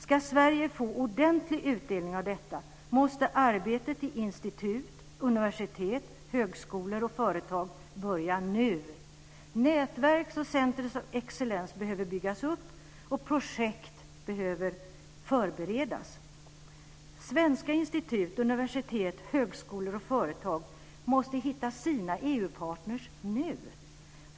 Ska Sverige få ordentlig utdelning inom detta måste arbetet i institut, universitet, högskolor och företag börja nu. Nätverk och Centers of Exellence behöver byggas upp, och projekt behöver förberedas. Svenska institut, universitet, högskolor och företag måste hitta sina EU-partner nu.